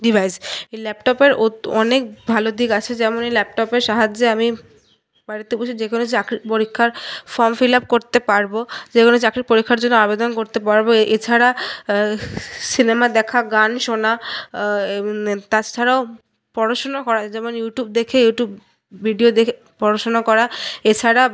device এই ল্যাপটপের ওত অনেক ভালো দিক আছে যেমন এই ল্যাপটপের সাহায্যে আমি বাড়িতে বসে যেকোনো চাকরির পরীক্ষার ফর্ম ফিল আপ করতে পারব যেকোনো চাকরির পরীক্ষার জন্য আবেদন করতে পারব এছাড়া সিনেমা দেখা গান শোনা তাছাড়াও পড়াশোনা করা যেমন ইউটিউব দেখে ইউটিউব ভিডিও দেখে পড়াশোনা করা এছাড়া